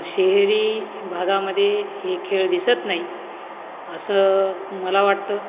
शहरी भागामध्ये हे खेळ दिसत नाहीत असं मला वाटतं